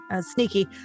sneaky